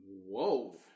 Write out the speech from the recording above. Whoa